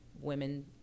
women